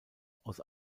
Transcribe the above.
aus